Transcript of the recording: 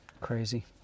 crazy